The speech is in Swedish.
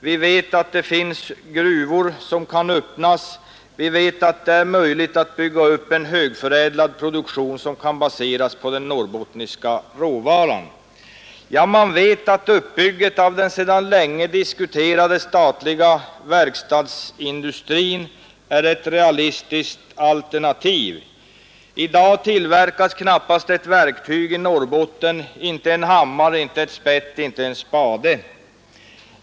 De vet att det finns nya gruvor som kan öppnas, att det är möjligt att bygga upp en högförädlad produktion som kan baseras på den norrbottniska råvaran. Ja, de vet att uppbyggandet av den sedan länge diskuterade statliga verkstadsindustrin är ett realistiskt alternativ. I dag tillverkas knappast ett verktyg i Norrbotten — inte en hammare, inte ett spett, inte en spade.